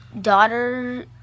Daughter